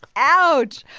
ouch.